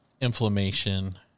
inflammation